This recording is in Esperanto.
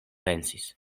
pensis